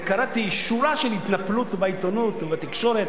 וקראתי שורה של התנפלות בעיתונות ובתקשורת,